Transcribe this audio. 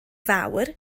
fawr